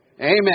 Amen